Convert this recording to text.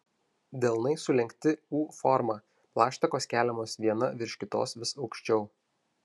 delnai sulenkti u forma plaštakos keliamos viena virš kitos vis aukščiau